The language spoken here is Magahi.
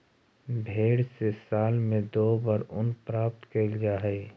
भेंड से साल में दो बार ऊन प्राप्त कैल जा हइ